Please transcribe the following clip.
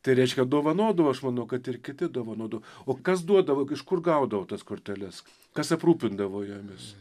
tai reiškia dovanodavo aš manau kad ir kiti dovanodavo o kas duodavo iš kur gaudavo tas korteles kas aprūpindavo jomis